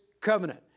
covenant